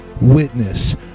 witness